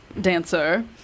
dancer